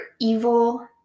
evil